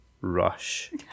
Rush